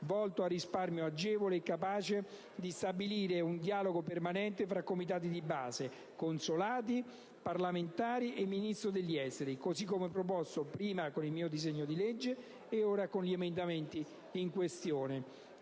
volto al risparmio, agevole e capace di stabilire un dialogo permanente fra comitati di base, consolati, parlamentari e Ministro degli affari esteri, così come proposto prima con il mio disegno di legge e ora con gli emendamenti in questione.